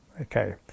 Okay